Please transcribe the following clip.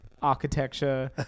architecture